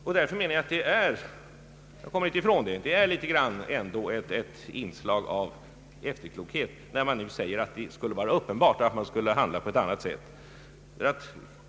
Vi kommer inte ifrån att det finns ett inslag av efterklokhet i talet om att man skulle ha handlat på ett annat sätt.